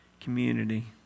community